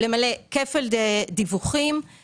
למלא כפל דיווחים,